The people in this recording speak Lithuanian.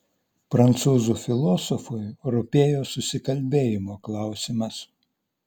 prancūzų filosofui rūpėjo susikalbėjimo klausimas